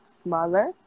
smaller